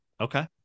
Okay